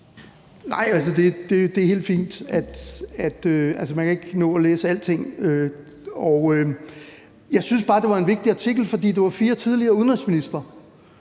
(EL): Det er helt fint; man kan ikke nå at læse alting. Jeg synes bare, det var en vigtig artikel, for det var fire tidligere udenrigsministre